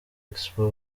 expo